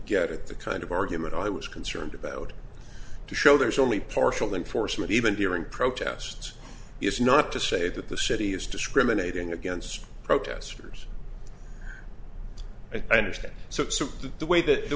at the kind of argument i was concerned about to show there's only partial enforcement even during protests it's not to say that the city is discriminating against protesters and i understand that the way that the